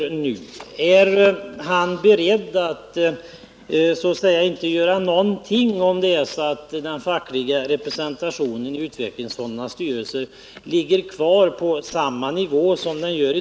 Är industriministern beredd att så att säga inte göra någonting om den fackliga representationen i utvecklingsfondernas styrelser ligger kvar på samma nivå som i dag?